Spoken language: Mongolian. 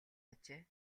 ажээ